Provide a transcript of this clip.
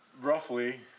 Roughly